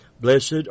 Blessed